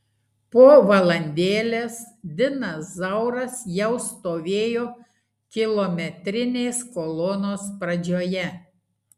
po valandėlės dinas zauras jau stovėjo kilometrinės kolonos pradžioje